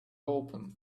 open